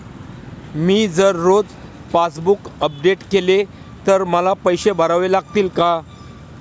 मी जर रोज passbook update केले तर मला पैसे भरावे लागतील का?